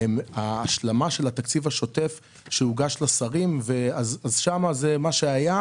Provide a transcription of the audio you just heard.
הם ההשלמה של התקציב השוטף שהוגש לשרים ושם מה שהיה,